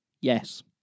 Yes